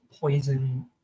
poison